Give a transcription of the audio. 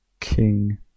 King